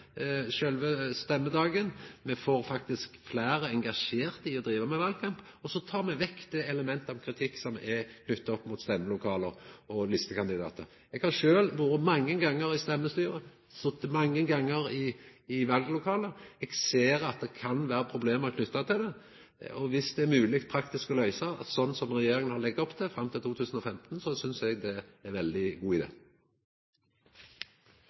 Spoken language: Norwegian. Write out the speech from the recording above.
så tek ein vekk det elementet av kritikk som er knytt opp mot stemmelokale og listekandidatar. Eg har sjølv vore mange gonger i stemmestyret, sete mange gonger i vallokale. Eg ser at det kan vera problem knytt til det, og om det er praktisk mogleg å løysa det, slik regjeringa legg opp til, fram til 2015, så synest eg det er ein veldig god idé. Replikkordskiftet er omme. Vi i Venstre har lyst til å bemerke tre ting. Det